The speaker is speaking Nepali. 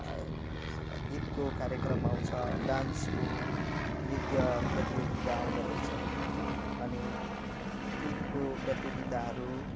गीतको कार्यक्रम आउँछ डान्सको नृत्य प्रतियोगिता आउँदो रहेछन् अनि गीतको प्रतियोगिताहरू